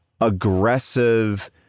aggressive